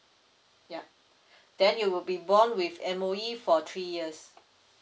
yup then you will be bond with M_O_E for three years